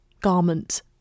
garment